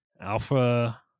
alpha